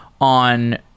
on